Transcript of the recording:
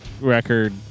record